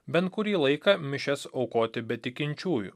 bent kurį laiką mišias aukoti be tikinčiųjų